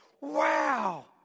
Wow